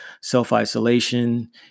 self-isolation